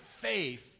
faith